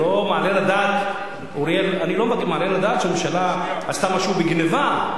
אני לא מעלה על הדעת שהממשלה עשתה משהו בגנבה,